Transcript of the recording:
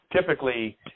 typically